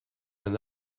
d’un